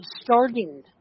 starting